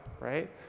right